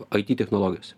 it technologijose